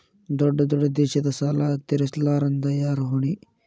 ದೊಡ್ಡ ದೊಡ್ಡ ದೇಶದ ಸಾಲಾ ತೇರಸ್ಲಿಲ್ಲಾಂದ್ರ ಯಾರ ಹೊಣಿ?